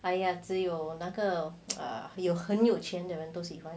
!aiya! 只有那个些很有钱都喜欢